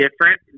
different